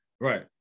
Right